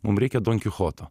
mum reikia donkichoto